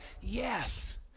yes